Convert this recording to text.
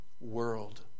world